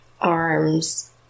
arms